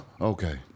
Okay